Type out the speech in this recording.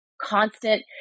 constant